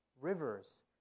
rivers